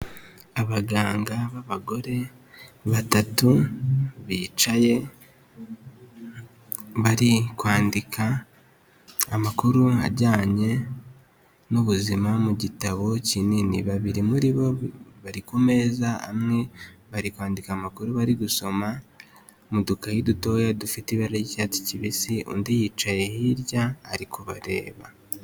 Abaganga b'abagore batatu bicaye bari kwandika amakuru ajyanye n'ubuzima mu gitabo kinini. Babiri muri bo bari ku meza amwe bari kwandika amakuru bari gusoma mu dukayi dutoya dufite ibara ry'icyatsi, kibisi undi yicaye hirya ari kubareba.